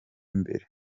imbere